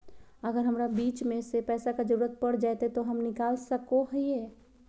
अगर हमरा बीच में पैसे का जरूरत पड़ जयते तो हम निकल सको हीये